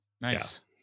nice